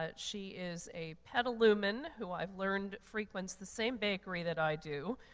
ah she is a petalumen, who i've learned frequents the same bakery that i do.